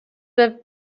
have